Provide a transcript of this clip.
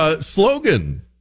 slogan